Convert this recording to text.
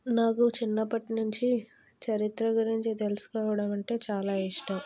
నాకు చిన్నప్పట్నుంచి చరిత్ర గురించి తెలుసుకోవడం అంటే చాలా ఇష్టం